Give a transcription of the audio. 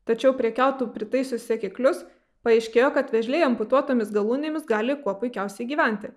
tačiau prie kiautų pritaisius sekiklius paaiškėjo kad vėžliai amputuotomis galūnėmis gali kuo puikiausiai gyventi